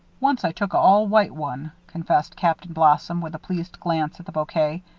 once i took a all-white one, confessed captain blossom, with a pleased glance at the bouquet,